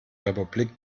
republik